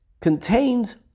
contains